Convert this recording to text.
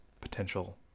potential